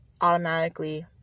automatically